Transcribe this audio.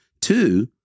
Two